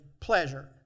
pleasure